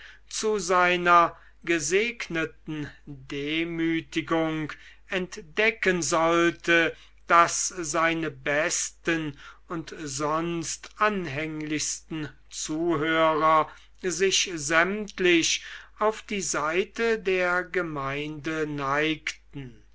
zu seiner gesegneten demütigung entdecken sollte daß seine besten und sonst anhänglichsten zuhörer sich sämtlich auf die seite der gemeinde neigten